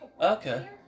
Okay